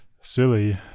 silly